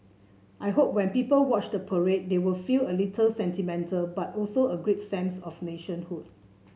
I hope when people watch the parade they will feel a little sentimental but also a great sense of nationhood